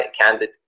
candid